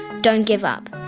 don't give up,